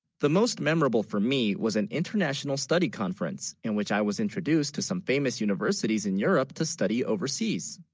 the most memorable for me was an international study conference in which i was introduced to some famous universities in europe to study overseas